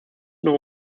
nur